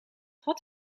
had